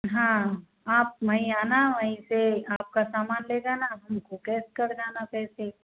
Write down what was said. हाँ आप वहीं आना वहीं से आपका सामान ले जाना आप हमको कैश कर जाना पैसे